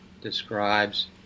describes